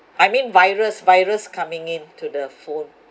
I mean virus virus coming in to the phone